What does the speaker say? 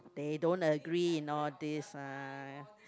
they don't agree in all these ah